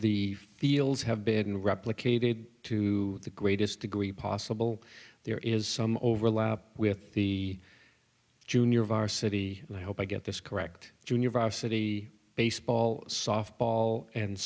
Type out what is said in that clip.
the fields have been replicated to the greatest degree possible there is some overlap with the junior varsity and i hope i get this correct junior varsity baseball softball and